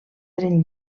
eren